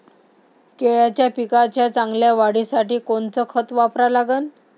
केळाच्या पिकाच्या चांगल्या वाढीसाठी कोनचं खत वापरा लागन?